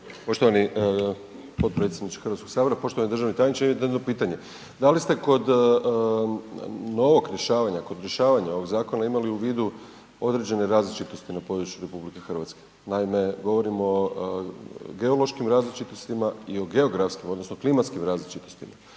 Poštovani potpredsjedniče Hrvatskog sabora, poštovani državni tajniče imam jedno pitanje. Da li ste kod novog rješavanja, kod rješavanja ovog zakona imali u vidu određene različitosti na području RH? Naime, govorim o geološkim različitostima i o geografskim odnosno klimatskim različitostima.